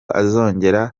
azongera